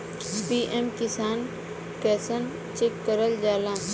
PM Kisan कइसे check करल जाला?